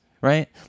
right